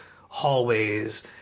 hallways